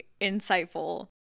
insightful